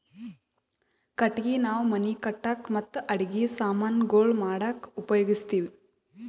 ಕಟ್ಟಗಿ ನಾವ್ ಮನಿ ಕಟ್ಟಕ್ ಮತ್ತ್ ಅಡಗಿ ಸಮಾನ್ ಗೊಳ್ ಮಾಡಕ್ಕ ಉಪಯೋಗಸ್ತಿವ್